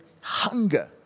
hunger